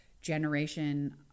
generation